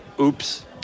oops